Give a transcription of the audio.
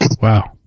wow